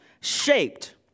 shaped